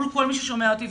מול כל מי ששומע אותי,